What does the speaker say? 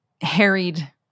harried